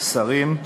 שרים.